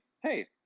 hey